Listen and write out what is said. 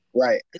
Right